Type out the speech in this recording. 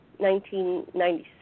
1996